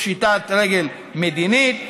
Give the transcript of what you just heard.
פשיטת רגל מדינית,